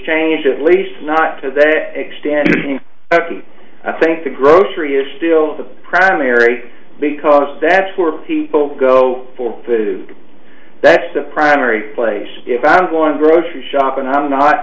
changed at least not to that extent i think the grocery is still the primary because that's where people go for food that's the primary place if i'm going grocery shopping i'm not